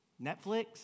Netflix